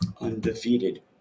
undefeated